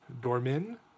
Dormin